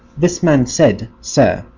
this man said, sir,